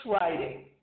writing